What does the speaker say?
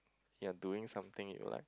you are doing something you like